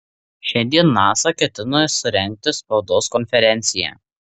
šiandien nasa ketina surengti spaudos konferenciją